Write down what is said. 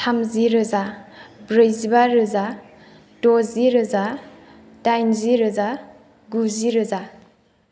थामजि रोजा ब्रैजि बा रोजा द'जि रोजा दाइनजि रोजा गुजि रोजा